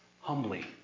humbly